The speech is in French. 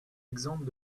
exemples